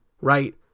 right